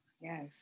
Yes